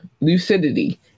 Lucidity